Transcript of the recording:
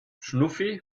schnuffi